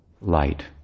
light